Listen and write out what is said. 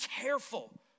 careful